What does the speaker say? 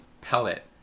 pellet